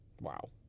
Wow